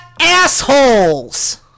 assholes